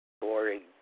boring